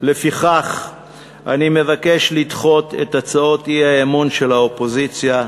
לפיכך אני מבקש לדחות את הצעות האי-אמון של האופוזיציה.